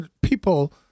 people